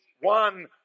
one